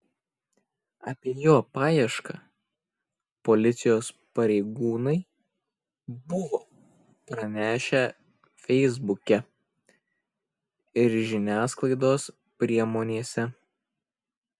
apie jo paiešką policijos pareigūnai buvo pranešę feisbuke ir žiniasklaidos priemonėse